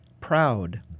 proud